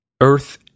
earth